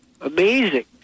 amazing